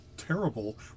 terrible